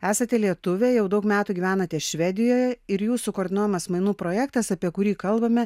esate lietuvė jau daug metų gyvenate švedijoj ir jūsų koordinuojamas mainų projektas apie kurį kalbame